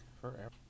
forever